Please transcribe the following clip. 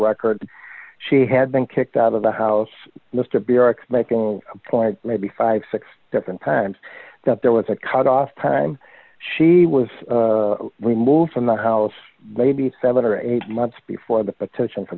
record she had been kicked out of the house mr pyrex making a point maybe fifty six different times that there was a cut off time she was removed from the house maybe seven or eight months before the petition for